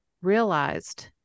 realized